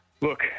Look